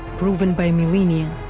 proven by millennia,